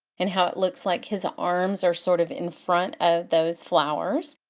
and how it looks like his arms are sort of in front of those flowers.